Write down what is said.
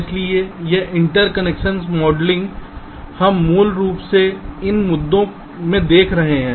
इसलिए यह interconnection modelling हम मूल रूप से इन मुद्दों में देख रहे हैं